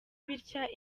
bitya